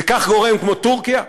וכך גורם כמו טורקיה,